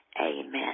amen